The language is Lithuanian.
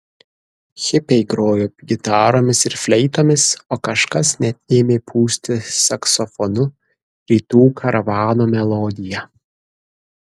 hipiai grojo gitaromis ir fleitomis o kažkas net ėmė pūsti saksofonu rytų karavano melodiją